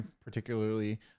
particularly